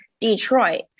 Detroit